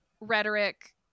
rhetoric